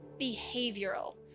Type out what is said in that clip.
Behavioral